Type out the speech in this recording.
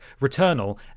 Returnal